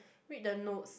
read the notes